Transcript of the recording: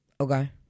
Okay